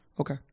Okay